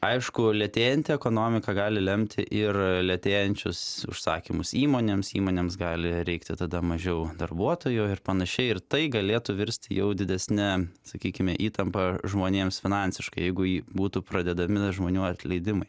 aišku lėtėjant ekonomika gali lemti ir lėtėjančius užsakymus įmonėms įmonėms gali reikti tada mažiau darbuotojų ir panašiai ir tai galėtų virsti jau didesne sakykime įtampa žmonėms finansiškai jeigu ji būtų pradedami žmonių atleidimai